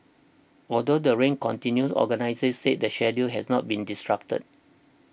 although the rain continued organisers said the schedule has not been disrupted